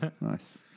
Nice